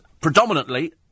predominantly